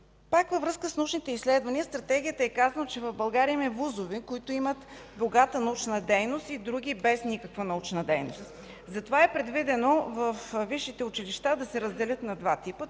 Пак във връзка с научните изследвания в Стратегията е казано, че в България има и вузове, които имат богата научна дейност, и други без никаква научна дейност. Затова в Стратегията е предвидено и е записано висшите училища да се разделят на два вида